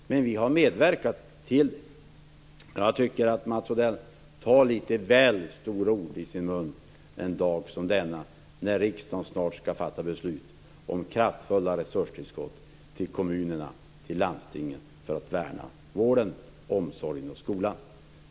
Vi har alltså medverkat här. Jag tycker att Mats Odell tar litet väl stora ord i sin mun en dag som denna, när riksdagen snart skall fatta beslut om kraftfulla resurstillskott till kommunerna och landstingen för att värna vården, omsorgen och skolan.